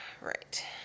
Right